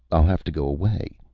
i'll have to go away.